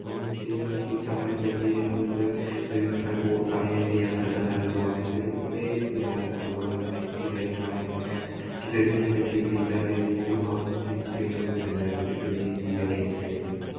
ഇപ്പം നമുക്ക് ചെയ്യുന്ന ഒരു തുച്ഛമായ തുകയില് നമുക്ക് ഒരു ഇത്ര കോള് സമയമേ ചെയ്യാന് പറ്റത്തുള്ളായിരുന്നൊള്ളു അങ്ങനത്തൊരു കുറേ ഇത് ഇണ്ടായിരുന്നു അതുപോലെ തന്നെ നെറ്റ് കാര്യങ്ങള് ആണെങ്കിൽ തന്നെ ഒരു ചെറിയ പൈസക്ക് റീച്ചാർജ് ചെയ്ത്ക്കഴിഞ്ഞ ഒരു മാസം ഒക്കെ യൂസ് ചെയ്യേണ്ട ഒരു ഇതുണ്ടായിരുന്നു രൂപയുടെ ചെറിയ ഒരു എം ബി കാര്യങ്ങള് ഒക്കെ ആയിട്ട്